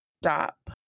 Stop